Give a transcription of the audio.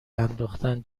انداختن